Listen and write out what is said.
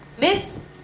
Miss